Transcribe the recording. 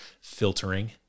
filtering